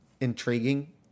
intriguing